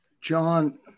John